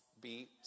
beat